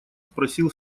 спросил